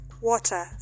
water